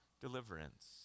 deliverance